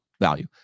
value